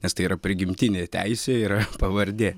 nes tai yra prigimtinė teisė yra pavardė